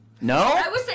No